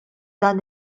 dan